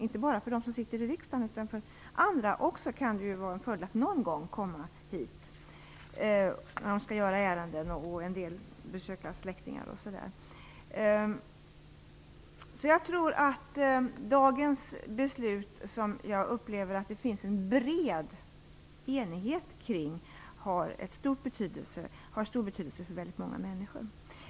Inte bara för dem som sitter i riksdagen utan också för andra kan det vara en fördel att kunna komma hit för att uträtta ärenden och besöka släktingar osv. Jag tror därför att detta beslut, som jag upplever att det finns en bred enighet kring, har stor betydelse för många människor.